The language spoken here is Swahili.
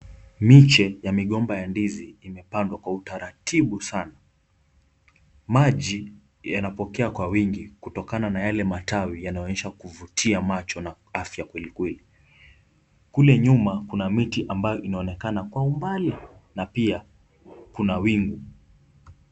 Miche ya migomba ya ndizi imepandwa kwa utaratibu sana. Maji yanapokea kwa wingi kutokana na yale matawi yanaonyesha kuvutia macho na afya kweli kweli. Kule nyuma kuna miti ambayo inaonekana kwa umbali na pia kuna wingu.